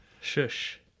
Shush